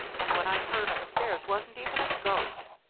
and what i heard upstairs wasn't even a goat.